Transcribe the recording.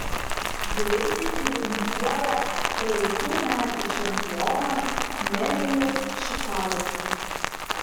greitai nuvainikuoja praeitų metų čempioną nerijų šipailą